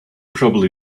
probably